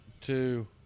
two